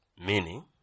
Meaning